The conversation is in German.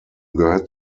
gehört